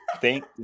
thank